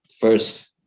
first